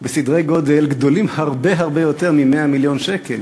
בסדרי-גודל גדולים הרבה הרבה יותר מ-100 מיליון שקל?